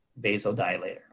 vasodilator